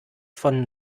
von